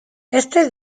este